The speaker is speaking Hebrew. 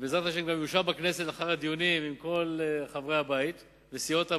ובעזרת השם גם יאושר בכנסת אחרי הדיונים עם כל חברי הבית וסיעות הבית,